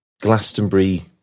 Glastonbury